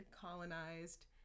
colonized